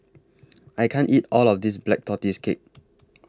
I can't eat All of This Black Tortoise Cake